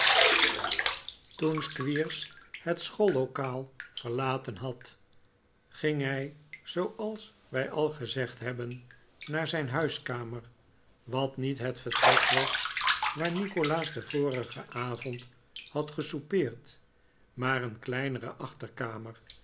toen squeers het schoollokaal verlaten had ging hij zooals wij al gezegd hebben naar zijn huiskamer wat niet het vertrek was waar nikolaas den vorigen avond had gesoupeerd maar een kleinere achterkamer